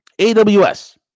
AWS